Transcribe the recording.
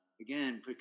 Again